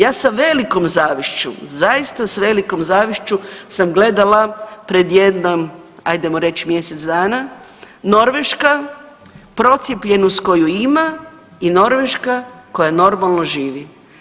Ja sa velikom zavišću, zaista s velikom zavišću sam gledala pred jedno, ajdemo reći mjesec dana, Norveška, procijepljenost koju ima i Norveška koja normalno živi.